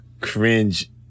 cringe